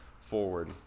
forward